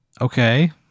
Okay